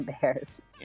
bears